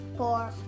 Four